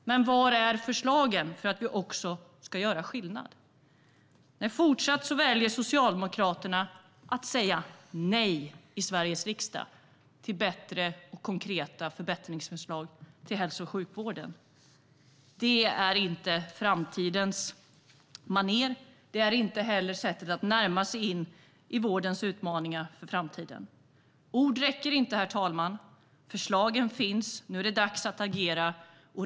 Men var är förslagen för att vi också ska göra skillnad? Fortsatt väljer Socialdemokraterna att i Sveriges riksdag säga nej till konkreta förbättringsförslag till hälso och sjukvården. Det är inte framtidens manér, och det är inte heller sättet att närma sig vårdens utmaningar för framtiden. Herr talman! Ord räcker inte. Förslagen finns, och nu är det dags att agera.